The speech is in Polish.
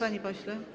Panie pośle.